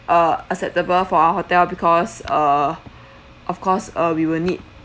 uh acceptable for our hotel because uh of course uh we will need